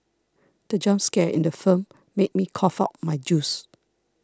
the jump scare in the film made me cough out my juice